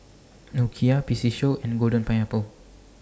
Nokia P C Show and Golden Pineapple